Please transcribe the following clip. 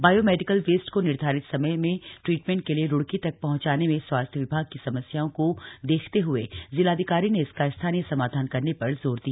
bio medical waste को निर्धारित समय में ट्रीटमेंट के लिए रुड़की तक पहंचाने में स्वास्थ्य विभाग की समस्याओं को देखते हुए जिलाधिकारी ने इसका स्थायी समाधान करने पर जोर दिया